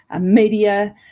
media